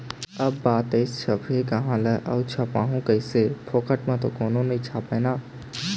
अब बात आइस छपही काँहा ले अऊ छपवाहूँ कइसे, फोकट म तो कोनो नइ छापय ना